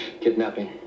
kidnapping